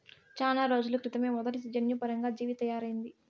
చానా రోజుల క్రితమే మొదటి జన్యుపరంగా జీవి తయారయింది